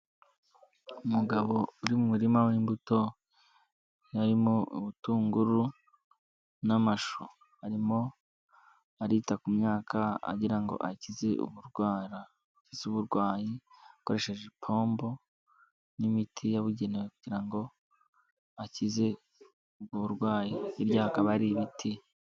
Umugabo uri murima w'imbuto harimo ubutunguru n'amashu, arimo arita ku myaka agira ngo ayikize uburwara z'uburwayi akoresheje ipombo n'imiti yabugenewe, kugira ngo akize ubwo burwayi. Hirya hakaba hari ibiti.